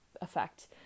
effect